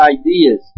ideas